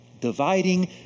Dividing